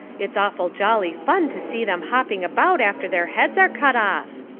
it's awful jolly fun to see them hopping about after their heads are cut off.